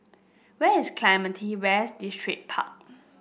where is Clementi West Distripark